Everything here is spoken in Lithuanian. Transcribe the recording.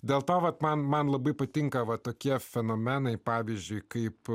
dėl to vat man man labai patinka va tokie fenomenai pavyzdžiui kaip